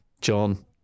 John